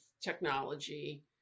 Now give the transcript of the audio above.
technology